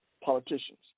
politicians